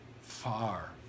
far